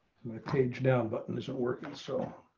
page down button isn't working. so,